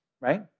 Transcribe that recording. right